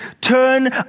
Turn